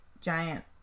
giant